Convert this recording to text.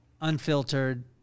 unfiltered